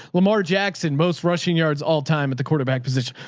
lamar jackson, most rushing yards all time at the quarterback position.